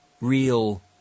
real